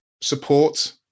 support